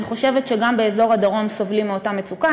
אני חושבת שגם באזור הדרום סובלים מאותה מצוקה,